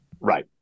Right